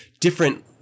different